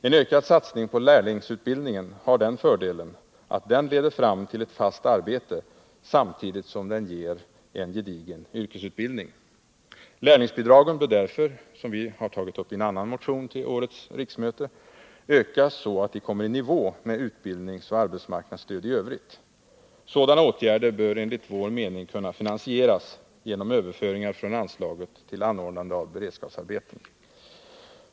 En ökad satsning på lärlingsutbildningen har den fördelen att den leder fram till ett fast arbete samtidigt som den ger en gedigen yrkesutbildning. Lärlingsbidragen bör därför — som vi tagit upp i en annan motion till årets riksmöte — ökas så att de kommer i nivå med utbildningsoch arbetsmarknadsstöd i övrigt. Sådana åtgärder bör enligt vår mening kunna finansieras genom överföringar från anslaget till anordnande av beredskapsarbeten.